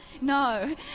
No